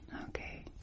Okay